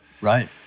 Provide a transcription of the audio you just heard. Right